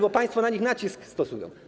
Bo państwo na nich nacisk stosują.